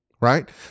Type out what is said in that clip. Right